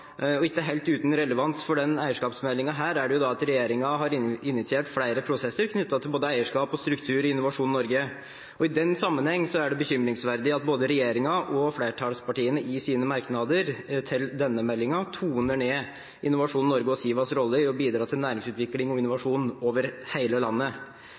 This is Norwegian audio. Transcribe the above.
og ikke helt uten relevans for denne eierskapsmeldingen er det at regjeringen har initiert flere prosesser knyttet til både eierskap og struktur i Innovasjon Norge. I den sammenheng er det bekymringsfullt at regjeringen, og flertallspartiene i sine merknader til denne meldingen, toner ned Innovasjon Norges og Sivas rolle i å bidra til næringsutvikling og innovasjon over hele landet.